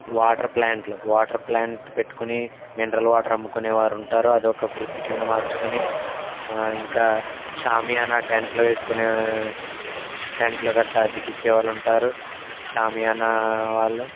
water ప్లాంట్లు water plant పెట్టుకుని mineral water అమ్ముకునే వారుంటారు అది ఒక వృత్తి కింద మార్చుకుని ఇంకా షామియానా టెంట్లు వేసుకుని టెంట్లు గట్టా అద్దెకు ఇచ్చే వాళ్ళు ఉంటారు షామియానా వాళ్ళు